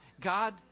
God